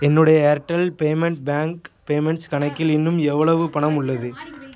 என்னுடைய Airtel payment bank payments கணக்கில் இன்னும் எவ்வளவு பணம் உள்ளது